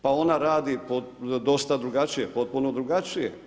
Pa ona radi dosta drugačije, potpuno drugačije.